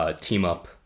team-up